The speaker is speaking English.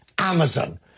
Amazon